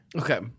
Okay